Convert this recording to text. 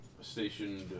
stationed